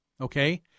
okay